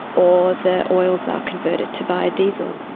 or the oils are converted to biodiesel.